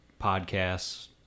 podcasts